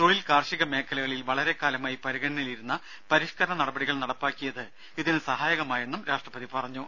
തൊഴിൽ കാർഷിക മേഖലകളിൽ വളരെക്കാലമായി പരിഗണനയിലിരുന്ന പരിഷ്കരണ നടപടികൾ നടപ്പാക്കിയത് ഇതിന് സഹായകമായെന്നും രാഷ്ട്രപതി പറഞ്ഞു